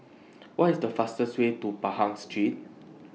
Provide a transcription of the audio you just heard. What IS The fastest Way to Pahang Street